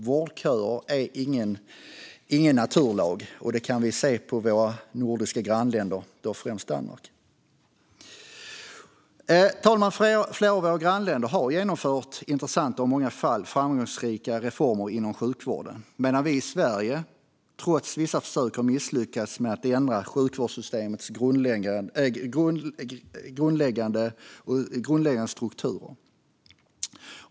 Vårdköer är ingen naturlag, och det kan vi se på våra nordiska grannländer, främst Danmark. Fru talman! Flera av våra grannländer har genomfört intressanta och i många fall framgångsrika reformer inom sjukvården medan vi i Sverige, trots vissa försök, har misslyckats med att ändra sjukvårdssystemets grundläggande strukturer.